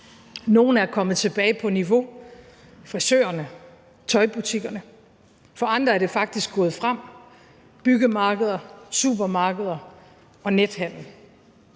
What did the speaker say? Nogle er kommet tilbage på niveau, frisørerne, tøjbutikkerne; for andre er det faktisk gået frem, byggemarkeder, supermarkeder og nethandel.